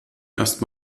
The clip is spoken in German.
erst